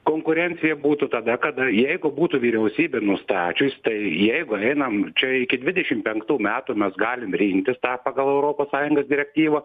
konkurencija būtų tada kada jeigu būtų vyriausybė nustačius tai jeigu einam čia iki dvidešim penktų metų mes galim rinktis tą pagal europos sąjungos direktyvą